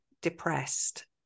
depressed